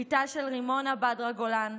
ביתה של רימונה בדרה גולן,